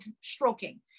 stroking